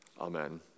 Amen